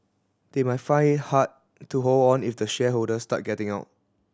they might hard to hold on if the shareholders start getting out